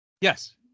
Yes